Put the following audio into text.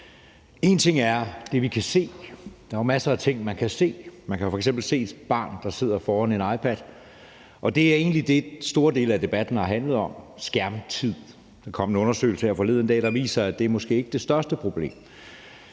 Én ting er det, vi kan se. Der er jo masser af ting, man kan se. Man kan jo f.eks. se et barn, der sidder foran en iPad, og det er egentlig det, som store dele af debatten har handlet om, altså skærmtid. Der kom her forleden dag en undersøgelse, der viser, at det måske ikke er det største problem.